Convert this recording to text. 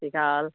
ਸਤਿ ਸ਼੍ਰੀ ਅਕਾਲ